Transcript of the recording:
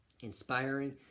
inspiring